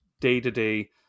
day-to-day